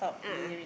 a'ah